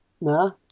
No